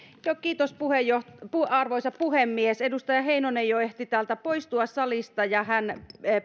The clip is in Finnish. kiitos arvoisa puhemies edustaja heinonen jo ehti poistua täältä salista hän